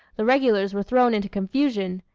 the regulars were thrown into confusion.